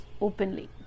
openly